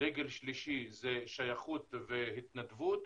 דגל שלישי זה שייכות והתנדבות,